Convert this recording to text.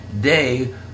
day